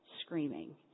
screaming